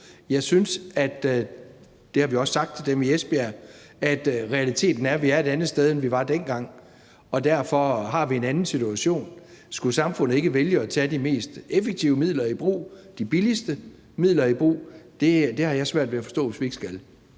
i Esbjerg – at realiteten er, at vi er et andet sted, end vi var dengang, og derfor har vi en anden situation. Skulle samfundet ikke vælge at tage de mest effektive og billigste midler i brug? Jeg har svært ved at forstå det, hvis vi ikke skal